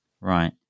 Right